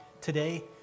today